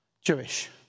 Jewish